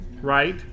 right